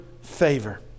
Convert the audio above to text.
favor